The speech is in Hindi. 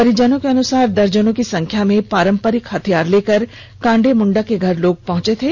परिजनों के अनुसार दर्जनों की संख्या में पारंपरिक हथियार लेकर कांडे मुंडा के घर पहुंचे थे